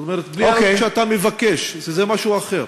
זאת אומרת בלי שאתה מבקש, שזה משהו אחר.